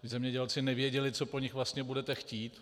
Zemědělci nevěděli, co po nich vlastně budete chtít.